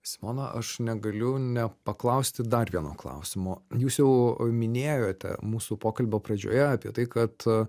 simona aš negaliu nepaklausti dar vieno klausimo jūs jau minėjote mūsų pokalbio pradžioje apie tai kad